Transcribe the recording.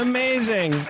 Amazing